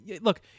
look